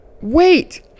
Wait